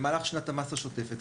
זה סכומי מקדמה במהלך שנת המס השוטפת,